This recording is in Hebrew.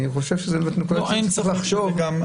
אני חושב שזאת נקודה שצריך לחשוב עליה.